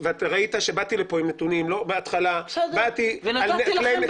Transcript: ואתה ראית שבאתי לפה עם נתונים --- ונתתי לכם במה.